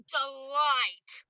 delight